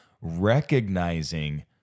recognizing